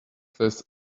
this